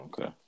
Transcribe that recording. okay